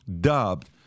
dubbed